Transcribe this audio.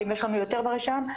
ויש לנו יותר ברישיון,